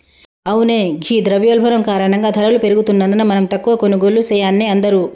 అవునే ఘీ ద్రవయోల్బణం కారణంగా ధరలు పెరుగుతున్నందున మనం తక్కువ కొనుగోళ్లు సెయాన్నే అందరూ